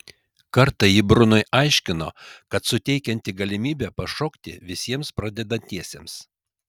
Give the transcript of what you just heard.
kartą ji brunui aiškino kad suteikianti galimybę pašokti visiems pradedantiesiems